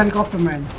and government